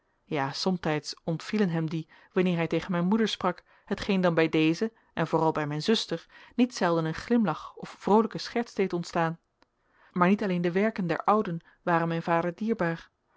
ja somtijds ontvielen hem die wanneer hij tegen mijn moeder sprak hetgeen dan bij deze en vooral bij mijn zuster niet zelden een glimlach of vroolijke scherts deed ontstaan maar niet alleen de werken der ouden waren mijn vader dierbaar